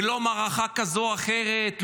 ולא מערכה כזו או אחרת,